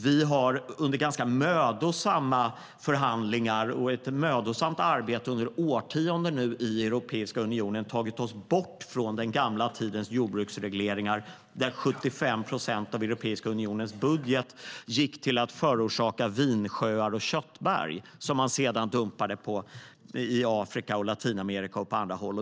Vi har under ganska mödosamma förhandlingar under flera årtionden i Europeiska unionen arbetat med att ta oss bort från den gamla tidens jordbruksregleringar, där 75 procent av Europeiska unionens budget gick till att förorsaka vinsjöar och köttberg, som man sedan dumpade i Afrika, Latinamerika och på andra håll.